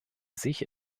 sich